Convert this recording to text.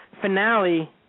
finale